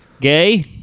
Gay